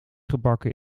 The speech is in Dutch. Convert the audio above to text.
gebakken